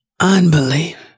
Unbelief